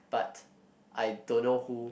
but I don't know who